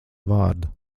vārdu